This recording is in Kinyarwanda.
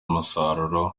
umusaruro